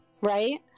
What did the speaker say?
right